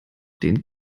den